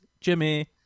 Jimmy